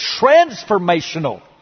transformational